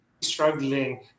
struggling